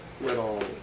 little